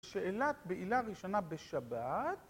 שאלת בעילה ראשונה בשבת.